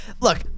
look